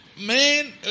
Man